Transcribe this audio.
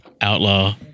Outlaw